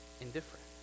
indifferent